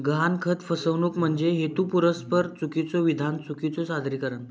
गहाणखत फसवणूक म्हणजे हेतुपुरस्सर चुकीचो विधान, चुकीचो सादरीकरण